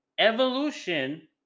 Evolution